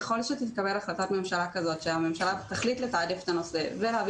ככל שתתקבל החלטת ממשלה כזאת שהממשלה תחליט לתעדף את הנושא ונעביר